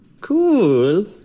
Cool